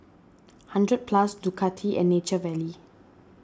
hundred Plus Ducati and Nature Valley